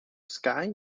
sky